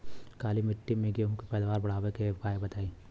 काली मिट्टी में गेहूँ के पैदावार बढ़ावे के उपाय बताई?